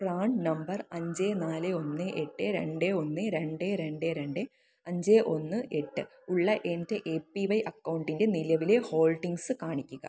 PRAN number അഞ്ച് നാല് ഒന്ന് എട്ട് രണ്ട് ഒന്ന് രണ്ട് രണ്ട് രണ്ട് അഞ്ച് ഒന്ന് എട്ട് ഉള്ള എൻ്റെ എ പി വൈ അക്കൗണ്ടിൻ്റെ നിലവിലെ ഹോൾഡിംഗ്സ് കാണിക്കുക